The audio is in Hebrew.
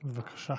בבקשה.